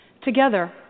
Together